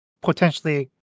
potentially